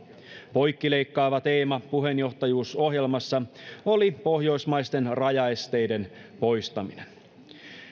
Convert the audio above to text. poikkileikkaava teema puheenjohtajuusohjelmassa oli pohjoismaisten rajaesteiden poistaminen